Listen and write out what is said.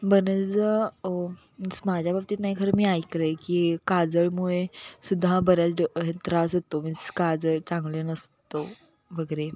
बऱ्याचदा मीन्स माझ्या बाबतीत नाही खरं मी ऐकलं आहे की काजळमुळे सुद्धा हा बऱ्याच ड हे त्रास होतो मीन्स काजळ चांगले नसतो वगैरे